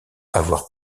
avoir